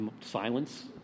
silence